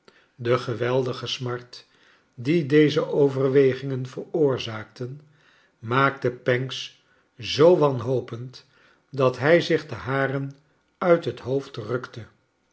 de geweldige smart die deze overwegingen veroorzaakten maakte pancks zoo wanhopend dat hij zich de haren uit het hoofd rukte